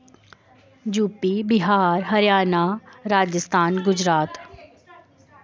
U P Bihar Haryana Rajasthan Gujarat